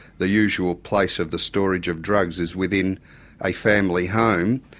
the usual place of the storage of drugs is within a family home,